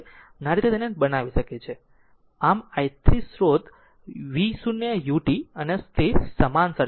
આમ આ રીતે તેને બનાવી શકે છે આમ i 3 સ્રોત v0 u t અને તે સમાન સર્કિટ છે